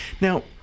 now